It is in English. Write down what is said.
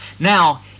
Now